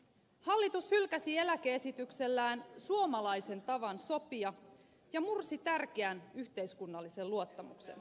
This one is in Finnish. hallitus hylkäsi eläke esityksellään suomalaisen tavan sopia ja mursi tärkeän yhteiskunnallisen luottamuksen